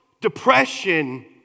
depression